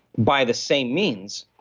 by the same means,